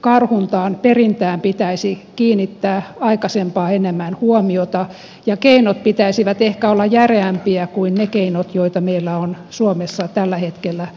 karhuntaan perintään pitäisi kiinnittää aikaisempaa enemmän huomiota ja keinojen pitäisi ehkä olla järeämpiä kuin niiden keinojen joita meillä on suomessa tällä hetkellä käytössä